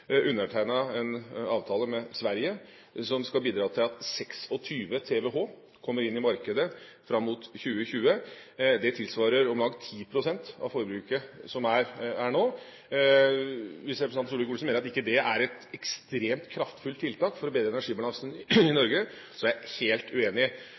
en avtale med Sverige, som skal bidra til at 26 TWh kommer inn i markedet fram mot 2020. Det tilsvarer om lag 10 pst. av det forbruket som vi har her nå. Hvis ikke representanten Solvik-Olsen mener at det er et ekstremt kraftfullt tiltak for å bedre energibalansen i Norge, er jeg helt uenig.